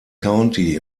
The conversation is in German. county